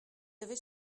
avait